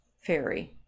fairy